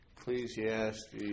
Ecclesiastes